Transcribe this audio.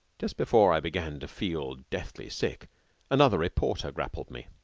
just before i began to feel deathly sick another reporter grappled me.